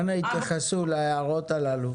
אנא התייחסו להערות הללו.